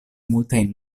multajn